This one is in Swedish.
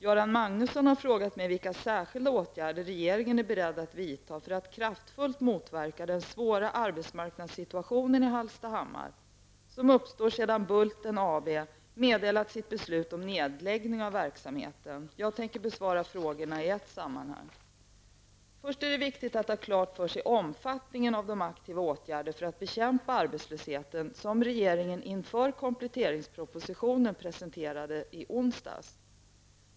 Göran Magnusson har frågat mig vilka särskilda åtgärder regeringen är beredd att vidta för att kraftfullt motverka den svåra arbetsmarknadssituation som uppstått i Jag tänker besvara frågorna i ett sammanhang. Först är det viktigt att ha klart för sig omfattningen av de aktiva åtgärder för att bekämpa arbetslösheten som regeringen inför kompletteringspropositionen presenterade i onsdags.